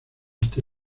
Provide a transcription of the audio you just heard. este